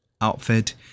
outfit